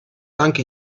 danke